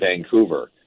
Vancouver